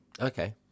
Okay